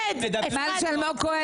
ונתחדשה בשעה 11:19.) חידשתי את הישיבה.